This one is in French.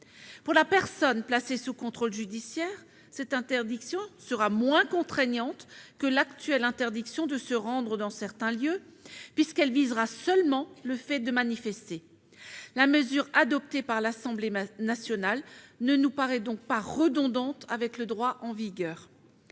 Pour la personne placée sous contrôle judiciaire, cette interdiction sera moins contraignante que l'actuelle interdiction de se rendre dans certains lieux, puisqu'elle visera seulement le fait de manifester. La mesure adoptée par l'Assemblée nationale ne nous paraît donc pas redondante avec le droit en vigueur.